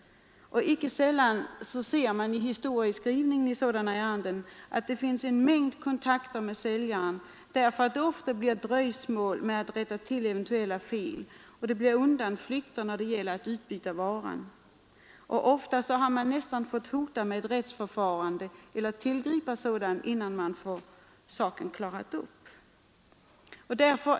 Icke sällan ser man av historieskrivningen i sådana ärenden att det förekommit en mängd kontakter med säljaren. Det har ofta uppstått dröjsmål när det gällt att rätta till eventuella fel, undanflykter när det gällt att byta ut varan. Ofta har man fått hota med rättsförfarande eller tillgripa sådant innan saken blivit uppklarad.